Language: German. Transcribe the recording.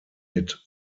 mit